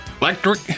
electric